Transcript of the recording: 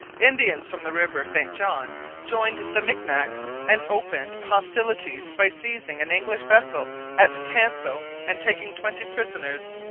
indians from the river st john joined the micmacs and opened hostilities by seizing an english vessel at canso and taking twenty prisoners.